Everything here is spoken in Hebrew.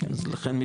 אז לכן,